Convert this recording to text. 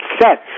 set